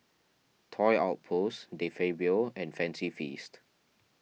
Toy Outpost De Fabio and Fancy Feast